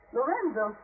Lorenzo